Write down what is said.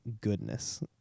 goodness